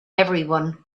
everyone